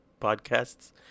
podcasts